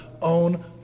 own